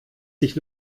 sich